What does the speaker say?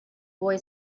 boy